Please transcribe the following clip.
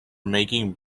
making